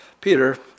Peter